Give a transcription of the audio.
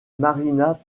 marina